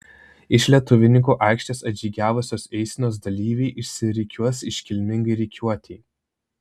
iš lietuvininkų aikštės atžygiavusios eisenos dalyviai išsirikiuos iškilmingai rikiuotei